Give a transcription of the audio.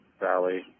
Valley